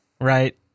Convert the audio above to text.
right